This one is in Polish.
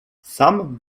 sam